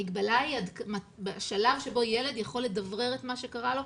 המגבלה היא השלב שבו ילד יכול לדברר את מה שקרה לו,